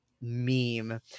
meme